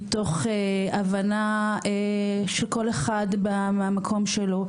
מתוך הבנה שכל אחד בא מהמקום שלו,